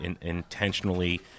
intentionally